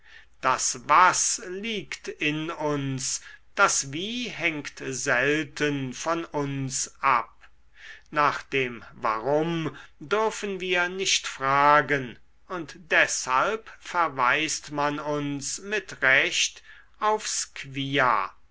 das was liegt in uns das wie hängt selten von uns ab nach dem warum dürfen wir nicht fragen und deshalb verweist man uns mit recht aufs quia